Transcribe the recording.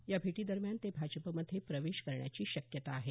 या भेटीदरम्यान ते भाजपमध्ये प्रवेश करण्याची शक्यता आहे